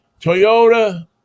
Toyota